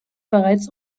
bereits